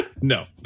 No